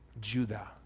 Judah